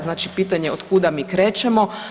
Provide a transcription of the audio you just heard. Znači pitanje od kuda mi krećemo?